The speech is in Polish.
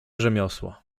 rzemiosło